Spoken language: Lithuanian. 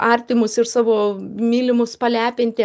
artimus ir savo mylimus palepinti